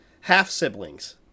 half-siblings